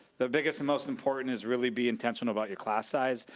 the biggest and most important is really be intentional about your class size.